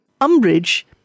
umbrage